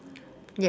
yes